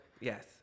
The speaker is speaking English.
Yes